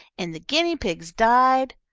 and the guinea pigs died.